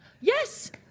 Yes